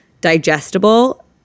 digestible